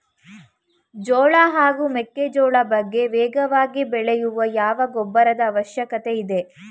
ಜೋಳ ಹಾಗೂ ಮೆಕ್ಕೆಜೋಳ ಬೆಳೆ ವೇಗವಾಗಿ ಬೆಳೆಯಲು ಯಾವ ಗೊಬ್ಬರದ ಅವಶ್ಯಕತೆ ಇದೆ?